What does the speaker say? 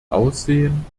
aussehen